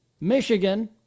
Michigan